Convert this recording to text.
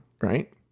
right